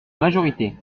majorité